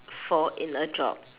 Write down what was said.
for in a job